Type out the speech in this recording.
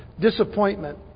Disappointment